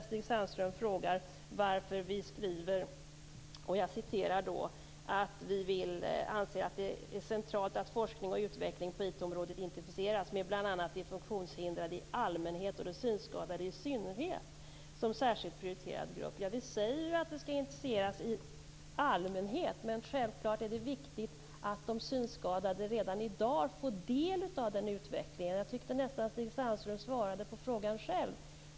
Stig Sandström frågade varför vi skriver att vi anser att det är centralt att forskning och utveckling på IT området intensifieras med bl.a. de funktionshindrade i allmänhet och de synskadade i synnerhet som särskilt prioriterad grupp. Vi säger att utvecklingen skall intensifieras i allmänhet, men självfallet är det viktigt att de synskadade redan i dag får del i den utvecklingen. Jag tycker nästan att Stig Sandström svarade på frågan själv.